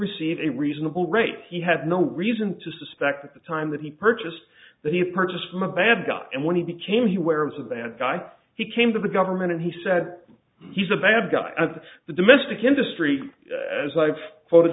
receive a reasonable rate he had no reason to suspect at the time that he purchased that he purchased from a bad guy and when he became he where it's a bad guy he came to the government and he said he's a bad guy and the domestic industry as i've voted